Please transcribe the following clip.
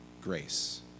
grace